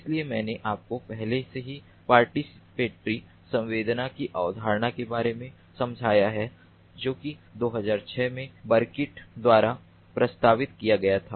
इसलिए मैंने आपको पहले से ही पार्टिसिपेटरी संवेदना की अवधारणा के बारे में समझाया है जो कि 2006 में बर्किट al द्वारा प्रस्तावित किया गया था